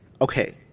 Okay